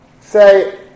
say